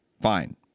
fine